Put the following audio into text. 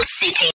city